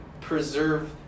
preserve